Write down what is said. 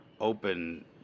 open